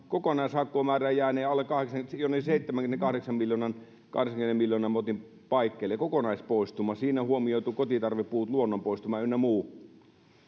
kokonaishakkuumäärä jäänee jonnekin seitsemänkymmenenkahdeksan viiva kahdeksankymmenen miljoonan motin paikkeille kokonaispoistuma siinä on huomioitu kotitarvepuut luonnonpoistuma ynnä muu